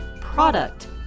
product